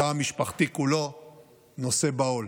התא המשפחתי כולו נושא בעול.